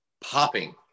popping